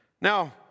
Now